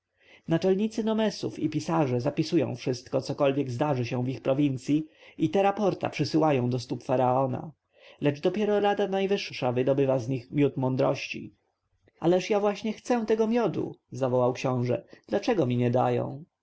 naczelnicy nomesów i pisarze zapisują wszystko cokolwiek zdarzy się w ich prowincji i te raporta przysyłają do stóp faraona lecz dopiero rada najwyższa wydobywa z nich miód mądrości ależ ja właśnie chcę tego miodu zawołał książę dlaczegóż mi nie dają